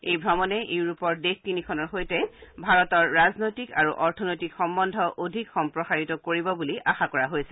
এই ভ্ৰমণে ইউৰোপৰ দেশ তিনিখনৰ সৈতে ভাৰতৰ ৰাজনৈতিক আৰু অৰ্থনৈতিক সম্বন্ধ অধিক সম্প্ৰসাৰিত কৰিব বুলি আশা কৰা হৈছে